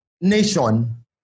nation